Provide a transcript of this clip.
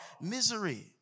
misery